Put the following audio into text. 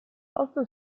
posto